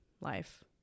life